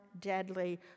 deadly